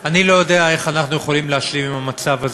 לא יודע איך אנחנו יכולים להשלים עם המצב הזה.